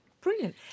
Brilliant